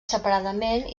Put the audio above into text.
separadament